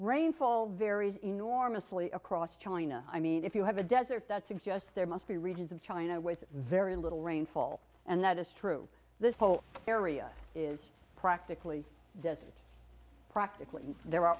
rainfall varies enormously across china i mean if you have a desert that suggests there must be regions of china with very little rainfall and that is true this whole area is practically practically there are